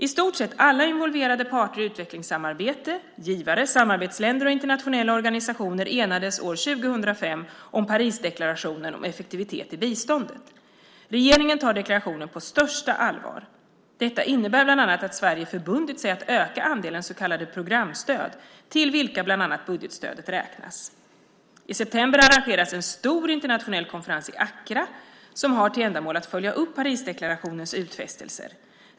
I stort sett alla involverade parter i utvecklingssamarbetet, givare, samarbetsländer och internationella organisationer, enades år 2005 om Parisdeklarationen om effektivitet i biståndet. Regeringen tar deklarationen på största allvar. Detta innebär bland annat att Sverige förbundit sig att öka andelen så kallade programstöd, till vilka bland annat budgetstödet räknas. I september arrangeras en stor internationell konferens i Accra som har till ändamål att följa upp Parisdeklarationens utfästelser.